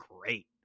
great